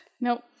Nope